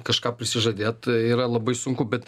kažką prisižadėt tai yra labai sunku bet